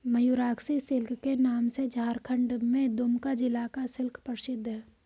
Mayurakshi silk के नाम से झारखण्ड के दुमका जिला का सिल्क प्रसिद्ध है